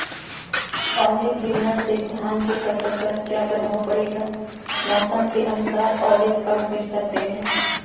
ओले गिरना से धान की फसल पर क्या प्रभाव पड़ेगा मौसम के अनुसार ओले कब गिर सकते हैं?